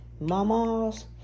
Mamas